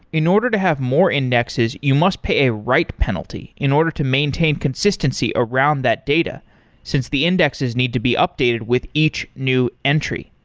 in order to have more indexes, you must pay a right penalty in order to maintain consistency around that data since the indexes need to be updated with each new entry,